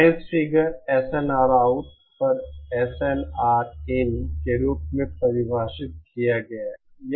noise figure SNRout पर SNRin के रूप में परिभाषित किया गया है